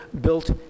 built